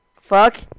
Fuck